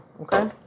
Okay